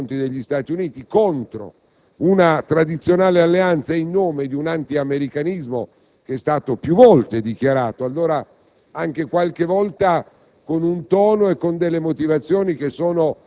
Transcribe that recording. ma contro la politica di alleanza bilaterale con gli Stati Uniti, contro una tradizionale alleanza in nome di un antiamericanismo più volte dichiarato, qualche